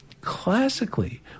Classically